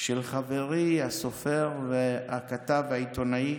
של חברי הסופר, הכתב והעיתונאי